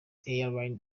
airlines